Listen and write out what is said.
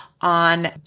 on